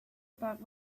about